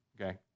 okay